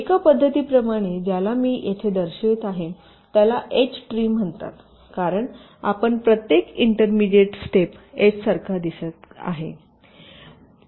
एका पध्दतीप्रमाणे ज्याला मी येथे दर्शवित आहे त्याला एच ट्री म्हणतात कारण आपण प्रत्येक इंटरमेडिएट स्टेप एचसारखे दिसत आहात